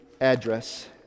address